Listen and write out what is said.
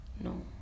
No